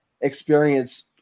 experience